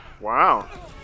Wow